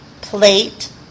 plate